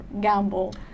gamble